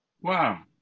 Wow